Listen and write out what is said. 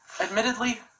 admittedly